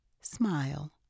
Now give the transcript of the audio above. smile